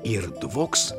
ir dvoks